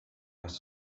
has